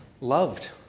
loved